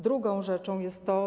Drugą rzeczą jest to.